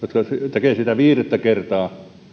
tekevät sitä viidettä kertaa